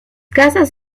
casas